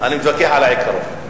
אני מתווכח על העיקרון.